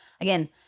again